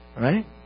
Right